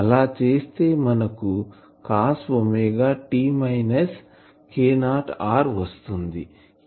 ఆలా చేస్తే మనకు cos omega t minus K0 r వస్తుంది